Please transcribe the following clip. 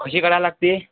कशी करायला लागते